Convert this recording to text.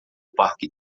parque